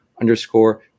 underscore